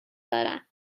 دارم